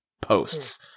posts